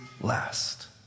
last